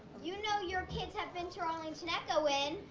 you know your kids have been to arlington echo when.